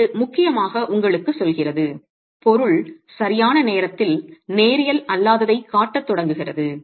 மேலும் இது முக்கியமாக உங்களுக்குச் சொல்கிறது பொருள் சரியான நேரத்தில் நேரியல் அல்லாததைக் காட்டத் தொடங்குகிறது